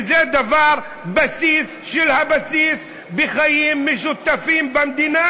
כי זה דבר שהוא בסיס של הבסיס בחיים משותפים במדינה.